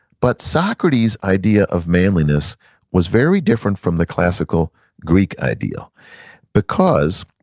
but socrates idea of manliness was very different from the classical greek ideal because